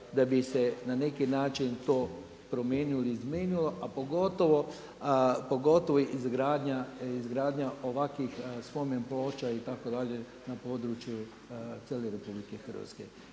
da bi se na neki način to promijenilo, izmijenilo, a pogotovo izgradnja ovakvih spomen ploča itd. na području cijele Republike Hrvatske.